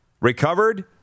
Recovered